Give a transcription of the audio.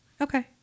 Okay